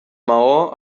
maó